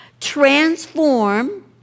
transform